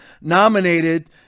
nominated